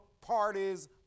parties